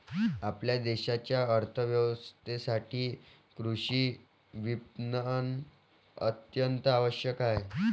आपल्या देशाच्या अर्थ व्यवस्थेसाठी कृषी विपणन अत्यंत आवश्यक आहे